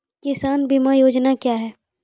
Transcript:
किसान बीमा योजना क्या हैं?